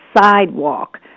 sidewalk